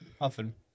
often